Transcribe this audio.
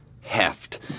heft